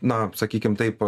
na sakykim taip